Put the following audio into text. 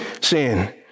sin